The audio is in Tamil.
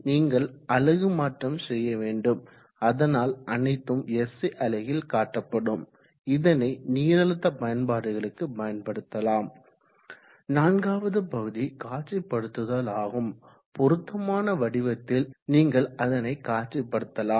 நீங்கள் அலகு மாற்றம் செய்ய வேண்டும் அதனால் அனைத்தும் SI அலகில் காட்ட ப்படும் இதனை நீரழுத்த பயன்பாடுகளுக்கு பயன்படுத்தலாம் நான்காவது பகுதி காட்சிப்படுத்துதலாகும் பொருத்தமான வடிவத்தில் நீங்கள் அதனை காட்சிப்படுத்தலாம்